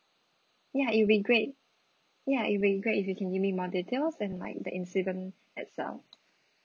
ya it'll be great ya it'll be great if you can give me more details and like the incident itself